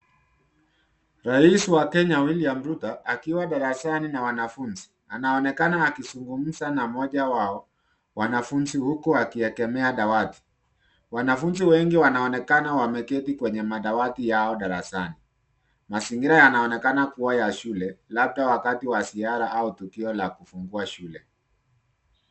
Rais wa Kenya William Ruto akiwa darasani na wanafunzi. Anaonekana akizungumza na mmoja wa wanafunzi huku akiegemea dawati. Wanafunzi wengi wanaonekana wameketi kwenye madawati yao darasani. Mazingira yanaonekana kuwa ya shule, labda wakati wa ziara au tukio la kufungua shule.